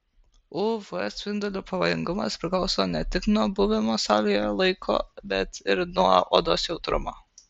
uv spindulių pavojingumas priklauso ne tik nuo buvimo saulėje laiko bet ir nuo odos jautrumo